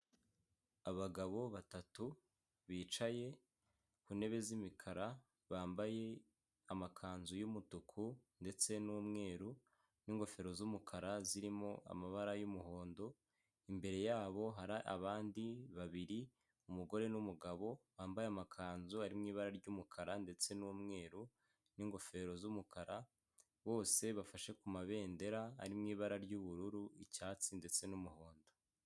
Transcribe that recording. Abagabo batatu bicaye ku ntebe z'imikara bambaye amakanzu y'umutuku ndetse n'umweru n'ingofero z'umukara zirimo amabara y'umuhondo, imbere yabo hari abandi babiri umugore n'umugabo bambaye amakanzu ari mu ibara ry'umukara ndetse n'umweru n'ingofero z'umukara bose bafashe ku mabendera ari mu ibara ry'ubururu, icyatsi ndetse n'umuhondo.